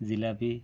jalebi